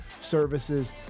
services